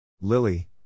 Lily